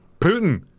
Putin